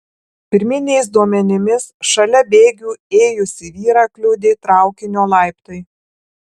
pirminiais duomenimis šalia bėgių ėjusį vyrą kliudė traukinio laiptai